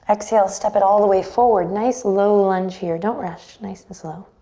exhale, step it all the way forward, nice low lunge here, don't rush, nice and slow.